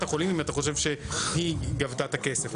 החולים אם אתה חושב שהיא גבתה את הכסף.